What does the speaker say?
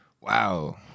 Wow